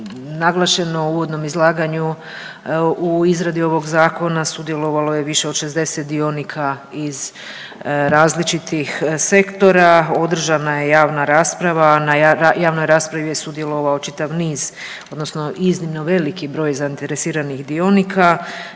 naglašeno u uvodnom izlaganju u izradi ovoga Zakona sudjelovalo je više od 60 dionika iz različitih sektora. Održana je javna rasprava. Na javnoj raspravi je sudjelovao čitav niz odnosno iznimno veliki broj zainteresiranih dionika.